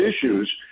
issues